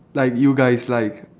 like you guys like